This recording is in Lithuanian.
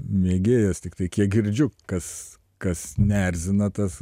mėgėjas tiktai kiek girdžiu kas kas neerzina tas